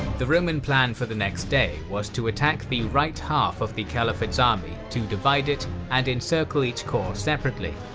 the roman plan for the next day was to attack the right half of the caliphate's army to divide it and encircle each corps separately,